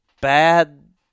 bad